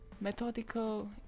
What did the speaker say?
methodical